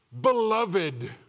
beloved